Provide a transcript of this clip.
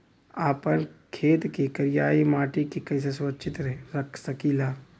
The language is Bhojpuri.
आपन खेत के करियाई माटी के कइसे सुरक्षित रख सकी ला?